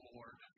Lord